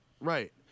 right